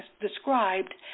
described